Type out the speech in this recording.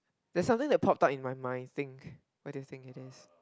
there's something that popped up in my mind think what do you think it is